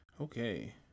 Okay